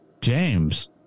James